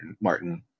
Martin